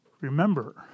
remember